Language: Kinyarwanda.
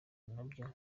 nabyo